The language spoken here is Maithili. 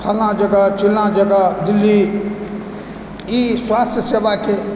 फलाँ जगह चिलाँ जगह दिल्ली ई स्वास्थ्य सेवाके